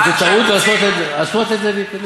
אבל זאת טעות לעשות את זה.